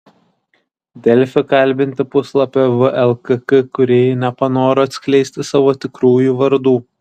delfi kalbinti puslapio vlkk kūrėjai nepanoro atskleisti savo tikrųjų vardų